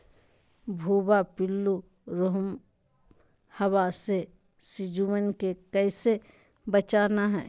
भुवा पिल्लु, रोमहवा से सिजुवन के कैसे बचाना है?